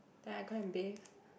then I go and bathe